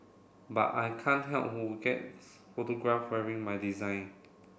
but I can't help who gets photographed wearing my design